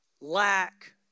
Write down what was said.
lack